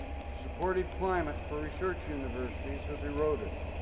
but the supportive climate for research universities has eroded.